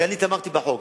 הרי אני תמכתי בחוק,